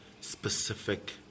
specific